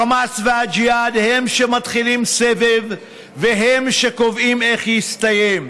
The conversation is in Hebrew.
החמאס והג'יהאד הם שמתחילים סבב והם שקובעים איך יסתיים.